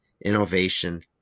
innovation